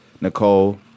Nicole